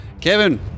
kevin